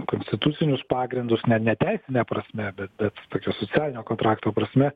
konstitucinius pagrindus ne ne teisine prasme bet bet tokio socialinio kontrakto prasme